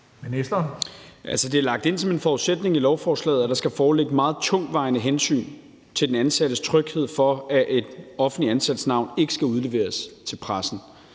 det er lagt ind som en forudsætning i lovforslaget, at der skal foreligge meget tungtvejende hensyn til en offentlig ansats tryghed, for at den ansattes navn ikke skal udleveres til pressen.